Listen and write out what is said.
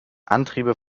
antriebe